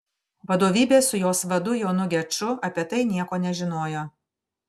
vadovybė su jos vadu jonu geču apie tai nieko nežinojo